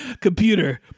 Computer